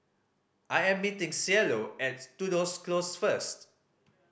I am meeting Cielo at Tudor Close first